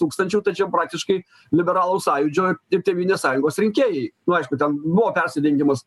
tūkstančių tai čia praktiškai liberalų sąjūdžio ir tėvynės sąjungos rinkėjai aišku ten buvo persidengimas